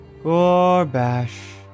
Gorbash